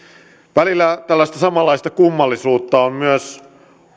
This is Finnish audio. välillä tällaista samanlaista kummallisuutta on myös